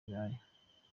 buraya